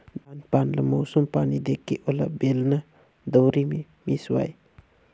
धान पान ल मउसम पानी देखके ओला बेलना, दउंरी मे मिसवाए